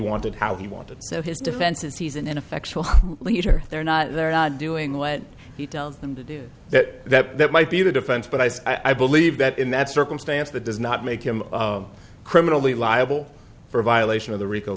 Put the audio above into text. wanted how he wanted so his defense is he's an ineffectual leader they're not they're not doing what he tells them to do that that might be the defense but i said i believe that in that circumstance that does not make him criminally liable for violation of the rico